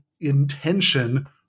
intention